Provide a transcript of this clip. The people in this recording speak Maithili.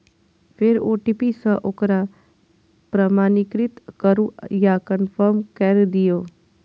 फेर ओ.टी.पी सं ओकरा प्रमाणीकृत करू आ कंफर्म कैर दियौ